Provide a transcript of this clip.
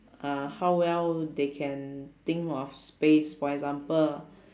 uh how well they can think of space for example